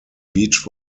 beach